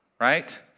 right